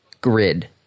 grid